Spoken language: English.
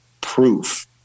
proof